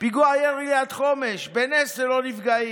פיגוע ירי ליד חומש בנס ללא נפגעים.